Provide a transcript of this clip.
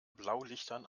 blaulichtern